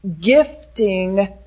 gifting